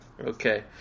Okay